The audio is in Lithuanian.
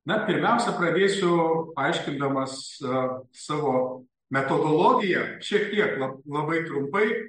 na pirmiausia pradėsiu aiškindamas savo metodologiją šiek tiek labai trumpai